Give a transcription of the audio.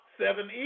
seven